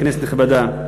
כנסת נכבדה,